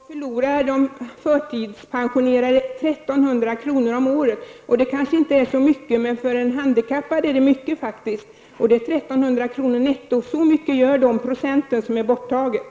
Herr talman! I kronor räknat, fru statsråd, förlorar de förtidspensionerade 1 300 kr. om året. Det kanske inte är så mycket. Men för en handikappad är det mycket. Det är 1 300 kr. netto. Så mycket gör de procent som tagits bort.